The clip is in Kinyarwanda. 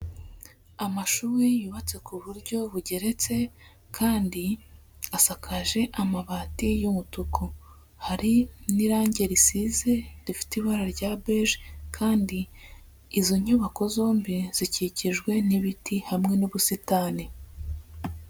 Amashuri yubatse ku buryo bugeretse, kandi asakaje amabati y'umutuku, hari n'irange risize rifite ibara rya beje, kandi izo nyubako zombi zikikijwe n'ibiti hamwe n'ubusitani.